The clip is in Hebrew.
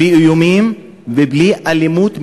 בלי איומים ובלי אלימות,